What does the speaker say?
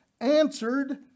answered